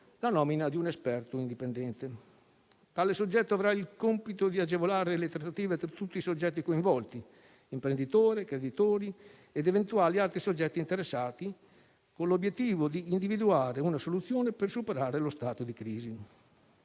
la nomina di un esperto indipendente. Tale soggetto avrà il compito di agevolare le trattative tra tutti i soggetti coinvolti (imprenditore, creditori ed eventuali altri soggetti interessati), con l'obiettivo di individuare una soluzione per superare lo stato di crisi.